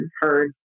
heard